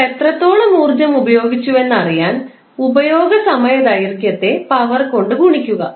നിങ്ങൾ എത്രത്തോളം ഊർജ്ജം ഉപയോഗിച്ചുവെന്ന് അറിയാൻ ഉപയോഗ സമയദൈർഘ്യത്തെ പവർ കൊണ്ട് ഗുണിക്കുക